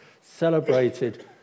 celebrated